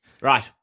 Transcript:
Right